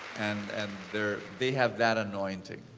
and and there they have that anointing.